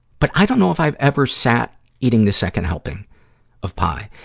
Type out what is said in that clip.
but i don't know if i've ever sat eating the second helping of pie.